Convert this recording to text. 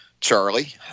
charlie